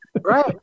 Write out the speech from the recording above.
Right